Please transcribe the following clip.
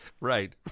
Right